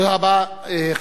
תודה רבה.